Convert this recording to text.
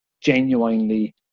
genuinely